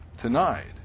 tonight